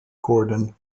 gordon